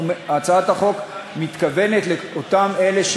בבקשה, אדוני.